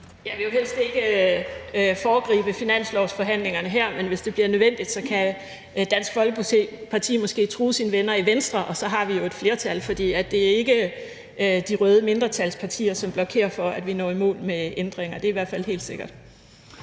Jeg vil jo helst ikke foregribe finanslovsforhandlingerne her, men hvis det bliver nødvendigt, kan Dansk Folkeparti måske true sine venner i Venstre, og så har vi jo et flertal, for det er ikke de røde mindretalspartier, som blokerer for, at vi når i mål med ændringer. Det er i hvert helt sikkert.